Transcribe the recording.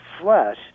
flesh